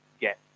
get